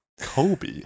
Kobe